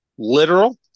literal